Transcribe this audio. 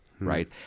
Right